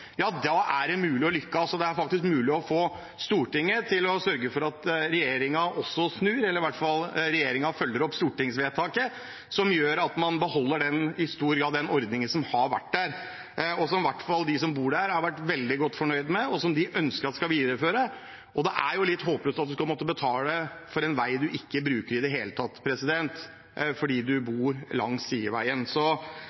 er da det er mulig å lykkes. Det er faktisk mulig for Stortinget å sørge for at regjeringen også snur, eller i hvert fall at regjeringen følger opp stortingsvedtaket, som gjør at man i stor grad beholder den ordningen som har vært, og som i hvert fall de som bor der, har vært veldig godt fornøyd med og ønsker skal videreføres. Det er jo litt håpløst at man skal måtte betale for en vei man ikke bruker i det hele tatt, fordi